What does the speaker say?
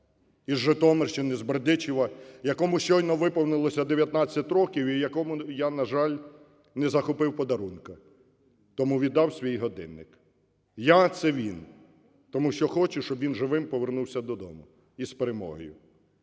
із Житомирщини, із Бердичева, якому щойно виповнилося 19 років і якому я, на жаль, не захопив подарунка, тому віддав свій годинник. Я – це він. Тому що хочу, щоб він живим повернувся додому і з перемогою,